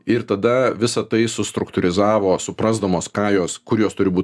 ir tada visa tai sustruktūrizavo suprasdamos ką jos kur jos turi būt